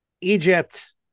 Egypt